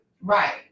Right